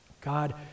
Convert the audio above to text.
God